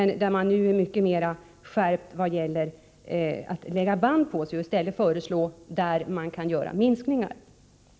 Nu är man dock mycket mera skärpt vad gäller att lägga band på sig och föreslår i stället minskningar.